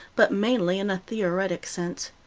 but mainly in a theoretic sense.